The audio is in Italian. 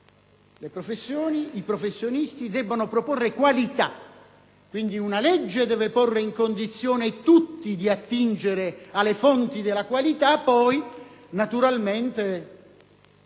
i professionisti debbono proporre qualità. Quindi, una legge deve porre tutti in condizione di attingere alle fonti della qualità, anche se poi naturalmente